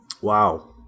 Wow